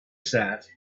sat